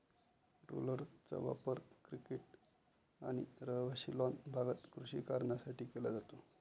रोलर्सचा वापर क्रिकेट आणि रहिवासी लॉन भागात कृषी कारणांसाठी केला जातो